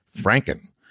franken